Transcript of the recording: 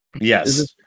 Yes